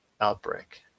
Outbreak